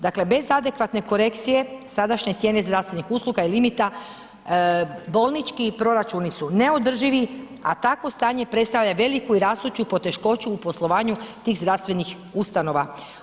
Dakle bez adekvatne korekcije sadašnje cijene zdravstvenih usluga i limita, bolnički proračuni su neodrživi a takvo stanje predstavlja veliku i rastuću poteškoću u poslovanju tih zdravstvenih ustanova.